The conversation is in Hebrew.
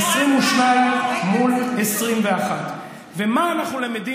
להזכירך, זה רק, 22 מול 21. ומה אנחנו למדים?